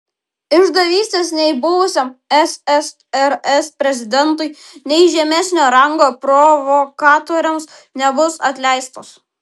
išdavystės nei buvusiam ssrs prezidentui nei žemesnio rango provokatoriams nebus atleistos